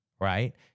right